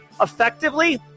effectively